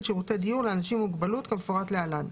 שירותי דיור לאנשים עם מוגבלות כמפורט להלן: